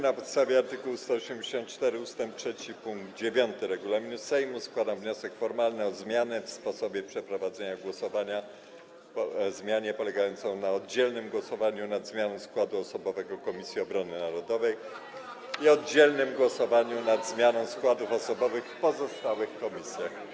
Na podstawie art. 184 ust. 3 pkt 9 regulaminu Sejmu składam wniosek formalny o zmianę w sposobie przeprowadzenia głosowania polegającą na oddzielnym głosowaniu nad zmianą składu osobowego Komisji Obrony Narodowej i oddzielnym głosowaniu nad zmianą składów osobowych w pozostałych komisjach.